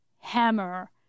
hammer